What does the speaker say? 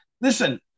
listen